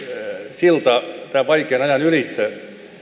silta tämän vaikean ajan ylitse